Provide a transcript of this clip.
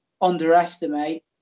underestimate